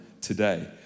today